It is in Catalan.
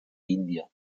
índia